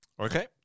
Okay